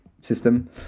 system